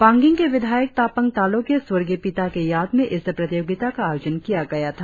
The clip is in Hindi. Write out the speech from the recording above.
पांगिंग के विधायक तापंग तालोह के स्वर्गीय पिता के याद में इस प्रतियोगिता का आयोजन किया गया था